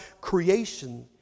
creation